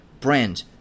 brand